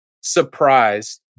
surprised